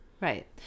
Right